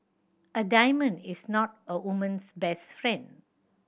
a diamond is not a woman's best friend